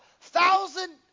thousand